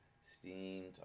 steamed